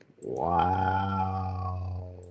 Wow